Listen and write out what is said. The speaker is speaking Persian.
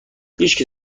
هیشکی